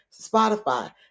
Spotify